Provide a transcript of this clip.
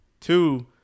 Two